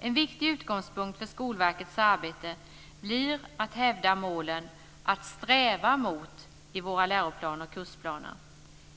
En viktig utgångspunkt för Skolverkets arbete blir att hävda målen att sträva mot i våra läroplaner och kursplaner.